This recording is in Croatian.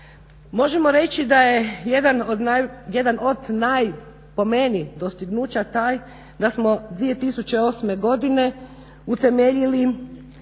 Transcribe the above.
Možemo reći da je jedan od naj po meni dostignuća taj da smo 2008. godine zakonom utemeljili